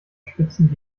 spitzen